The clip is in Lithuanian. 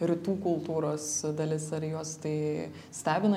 rytų kultūros dalis ar juos tai stebina